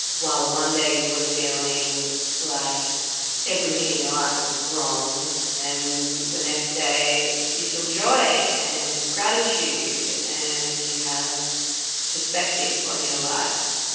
while one day you were feeling like everything in your life is wrong and the next day you feel joy and gratitude and you have perspective on your life.